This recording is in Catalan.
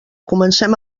comencem